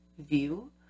view